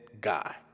guy